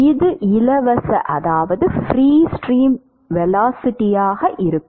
இது இலவச ஸ்ட்ரீம் வேகமாக இருக்கும்